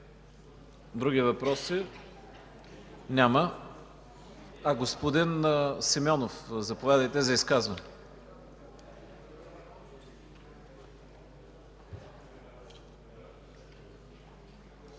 Други въпроси? Господин Симеонов, заповядайте за изказване.